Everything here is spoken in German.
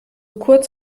kurz